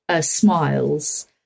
smiles